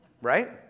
Right